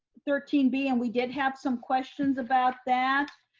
thirteen b and we did have some questions about that.